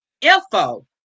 info